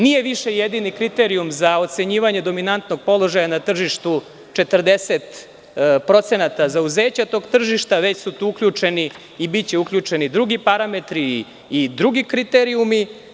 Nije više jedini kriterijum za ocenjivanje dominantnog položaja na tržištu 40% zauzeća tog tržišta, već su tu uključeni i biće uključeni drugi parametri i drugi kriterijumi.